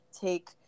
take